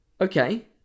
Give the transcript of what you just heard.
okay